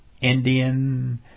Indian